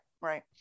right